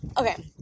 okay